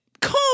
Come